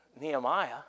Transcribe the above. Nehemiah